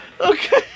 Okay